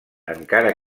encara